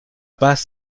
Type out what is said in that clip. paz